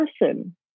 person